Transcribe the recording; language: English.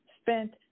spent